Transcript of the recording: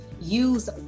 use